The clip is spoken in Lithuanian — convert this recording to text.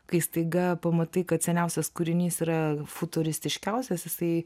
kai staiga pamatai kad seniausias kūrinys yra futuristiškiausias jisai